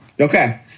Okay